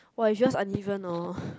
!wah! if yours uneven hor